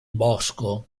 bosco